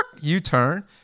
U-turn